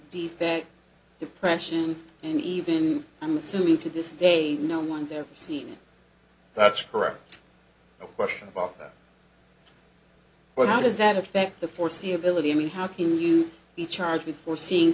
defect depression and even i'm assuming to this day no one's ever seen that's correct a question about well how does that affect the foreseeability i mean how can you be charged before seeing